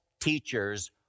teachers